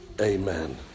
Amen